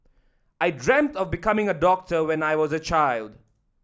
I dreamt of becoming a doctor when I was a child